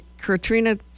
katrina